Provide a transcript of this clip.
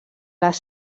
les